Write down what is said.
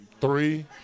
three